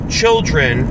children